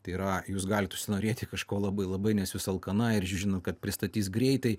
tai yra jūs galit užsinorėti kažko labai labai nes jūs alkana ir žinot kad pristatys greitai